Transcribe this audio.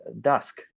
dusk